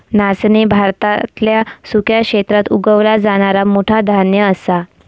नाचणी भारतातल्या सुक्या क्षेत्रात उगवला जाणारा मोठा धान्य असा